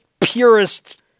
purest